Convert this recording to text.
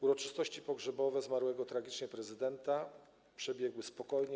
Uroczystości pogrzebowe zmarłego tragicznie prezydenta przebiegły spokojnie.